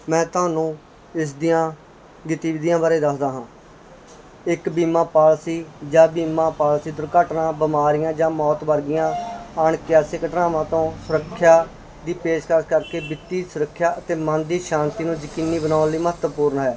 ਮੈਂ ਤੁਹਾਨੂੰ ਇਸ ਦੀਆਂ ਗਤੀਵਿਧੀਆਂ ਬਾਰੇ ਦੱਸਦਾ ਹਾਂ ਇੱਕ ਬੀਮਾ ਪਾਲਸੀ ਜਾਂ ਬੀਮਾ ਪਾਲਸੀ ਦੁਰਘਟਨਾ ਬਿਮਾਰੀਆਂ ਜਾਂ ਮੌਤ ਵਰਗੀਆਂ ਅਣਕਿਆਸੀ ਘਟਨਾਵਾਂ ਤੋਂ ਸੁਰੱਖਿਆ ਦੀ ਪੇਸ਼ਕਸ ਕਰਕੇ ਵਿੱਤੀ ਸੁਰੱਖਿਆ ਅਤੇ ਮਨ ਦੀ ਸ਼ਾਂਤੀ ਨੂੰ ਯਕੀਨੀ ਬਣਾਉਣ ਲਈ ਮਹੱਤਵਪੂਰਨ ਹੈ